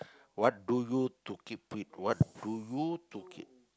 what do you to keep fit what do you to keep